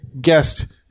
guest